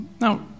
Now